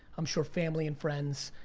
i'm sure family and friends,